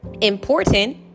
important